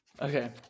Okay